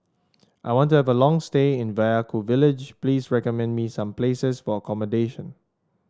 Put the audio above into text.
I want to have a long stay in Vaiaku village Please recommend me some places for accommodation